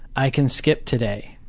i can skip today,